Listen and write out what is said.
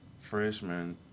Freshman